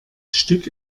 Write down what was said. stück